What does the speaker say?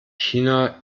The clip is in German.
china